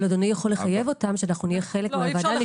אבל אדוני יכול לחייב אותם שאנחנו נהיה חלק מהוועדה,